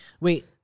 wait